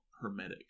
hermetic